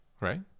right